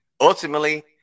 ultimately